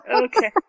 Okay